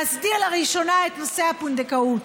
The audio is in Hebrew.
להסדיר לראשונה את נושא הפונדקאות,